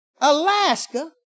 Alaska